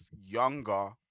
younger